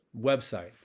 website